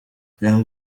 young